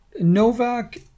Novak